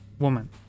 Woman